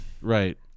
right